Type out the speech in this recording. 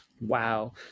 wow